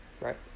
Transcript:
Right